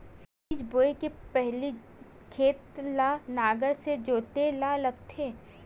बीज बोय के पहिली खेत ल नांगर से जोतेल लगथे?